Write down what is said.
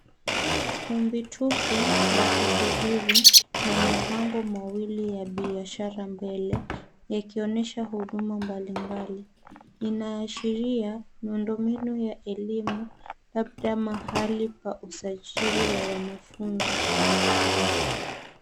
Kumbi tupu la kusubiri, na mabango mawili ya biashara mbele, yakionesha huduma mbali mbali. inaashiria miundo mbinu ya elimu labda mahali pa usajili wa wanafunzi.